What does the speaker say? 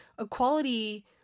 equality